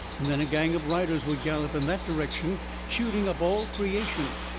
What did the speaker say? and then a gang of riders would gallop in that direction shooting up all creation.